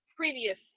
previous